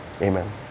Amen